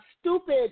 stupid